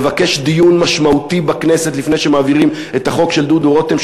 לבקש דיון משמעותי בכנסת לפני שמעבירים את החוק של דודו רותם,